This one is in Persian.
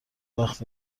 وقت